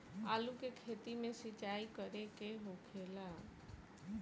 आलू के खेती में केतना सिंचाई करे के होखेला?